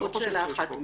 עוד שאלה אחת,